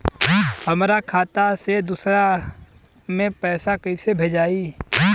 हमरा खाता से दूसरा में कैसे पैसा भेजाई?